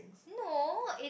no it